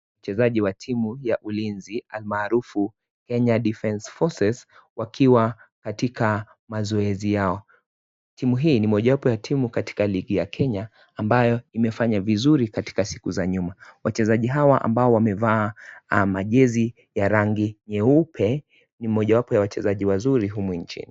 Wachezaji wa timu ya ulinzi almaarufu Kenya Defence Forces wakiwa katika mazoezi yao, timu hii ni mojawapo ya timu katika ligi ya Kenya ambayo imefanya vizuri katika siku za nyuma. Wachezaji hawa ambao wamevaa majezi ya rangi nyeupe ni mojawapo ya wachezaji wazuri humu nchini.